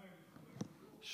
למה, הם נבחרי ציבור?